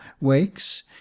wakes